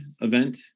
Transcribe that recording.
event